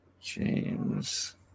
james